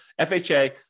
FHA